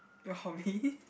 your hobby